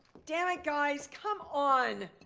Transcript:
damn it guys, come on!